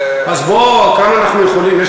אז כמה אנחנו יכולים?